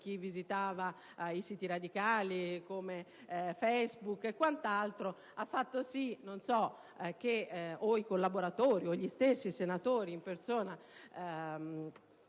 chi visita i siti radicali, *Facebook* e quant'altro, ha fatto sì che o i collaboratori o gli stessi senatori in persona, tra cui